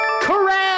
Correct